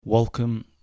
welcome